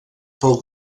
pel